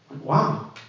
Wow